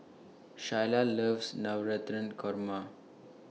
Shyla loves Navratan Korma